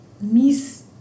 miss